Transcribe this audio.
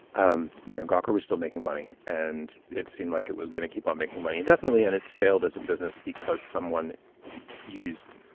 um you know gawker was still making money and it seemed like it was going to keep on making money indefinitely and it's failed as a business because someone used